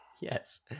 yes